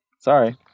Sorry